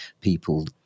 people